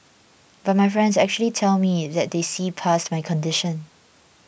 but my friends actually tell me that they see past my condition